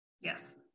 Yes